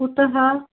कुतः